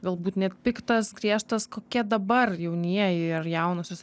galbūt net piktas griežtas kokie dabar jaunieji ar jaunosios